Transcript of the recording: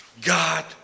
God